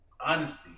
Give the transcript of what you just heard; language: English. Honesty